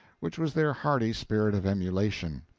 which was their hardy spirit of emulation.